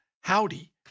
howdy